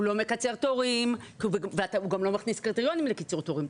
הוא לא מקצר תורים וגם לא מכניס קריטריונים לקיצור תורים,